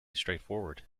straightforward